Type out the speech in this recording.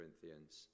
Corinthians